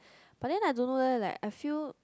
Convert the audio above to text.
but then I don't know leh like I feel